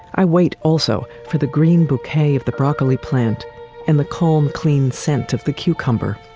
i wait also for the green bouquet of the broccoli plant and the calm, clean scent of the cucumber